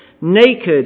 naked